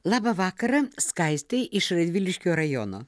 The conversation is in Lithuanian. labą vakarą skaistei iš radviliškio rajono